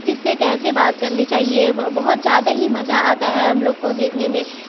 کس سے کیسے بات کرنی چاہیے بہت زیادہ ہی مزہ آتا ہے ہم لوگ کو دیکھنے میں